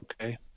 Okay